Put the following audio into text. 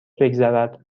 بگذرد